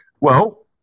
Well-